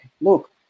look